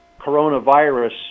coronavirus